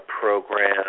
program